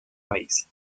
país